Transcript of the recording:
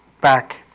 back